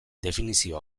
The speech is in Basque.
definizio